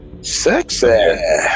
sexy